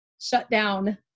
shutdown